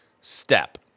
step